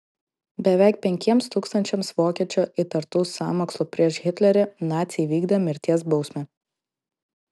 beveik penkiems tūkstančiams vokiečių įtartų sąmokslu prieš hitlerį naciai įvykdė mirties bausmę